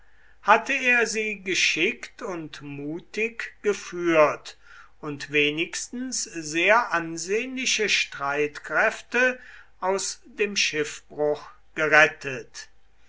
hatte er sie geschickt und mutig geführt und wenigstens sehr ansehnliche streitkräfte aus dem schiffbruch gerettet